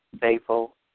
faithful